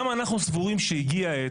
אנחנו סבורים שהגיעה העת,